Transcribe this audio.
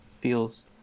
feels